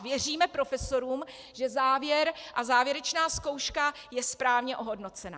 Věříme profesorům, že závěr a závěrečná zkouška je správně ohodnocena.